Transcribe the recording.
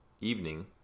evening